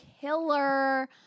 killer